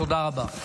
תודה רבה.